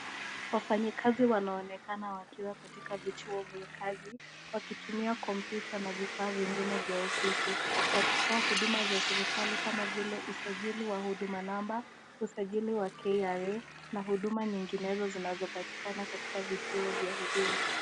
wafanyi kazi wanaonekana wakiwa katika vituo vya kazi wakitumia computer na vifaa vingine vya ofisi wakitoa huduma za serekali kama vile usajili wa uduma number , usajili wa kra na uduma zinginezo zinazopatikana katika vituo vya uduma